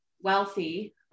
wealthy